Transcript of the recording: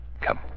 Come